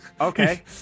Okay